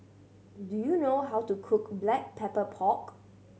do you know how to cook Black Pepper Pork